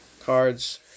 Cards